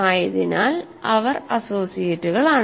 ആയതിനാൽ അവർ അസോസിയേറ്റുകളാണ്